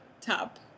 top